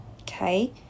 Okay